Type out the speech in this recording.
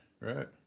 right